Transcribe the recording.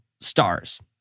stars